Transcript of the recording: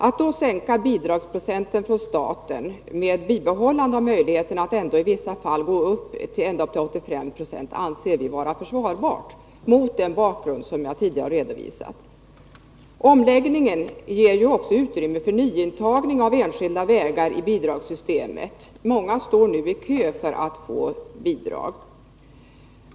Att under sådana förhållanden sänka statens bidragsandel med bibehållande av möjligheten att i vissa fall ändå ge bidrag upp till 85 26 anser vi vara försvarbart, mot den bakgrund som jag tidigare redovisat. Omläggningen ger ju också utrymme för nyintagning av enskilda vägar i bidragssystemet. Många står nu i kö för att få bidrag.